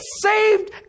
saved